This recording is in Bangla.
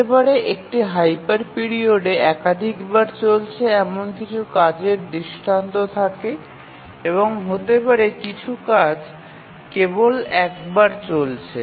হতে পারে একটি হাইপার পিরিয়ডে একাধিকবার চলছে এমন কিছু কাজের দৃষ্টান্ত থাকে এবং হতে পারে কিছু কাজ কেবল একবার চলছে